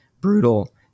brutal